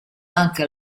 anche